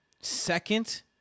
second